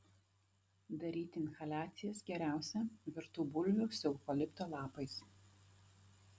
daryti inhaliacijas geriausia virtų bulvių su eukalipto lapais